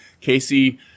Casey